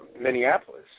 Minneapolis